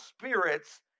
spirits